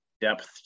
depth